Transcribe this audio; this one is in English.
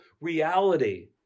reality